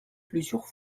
plusieurs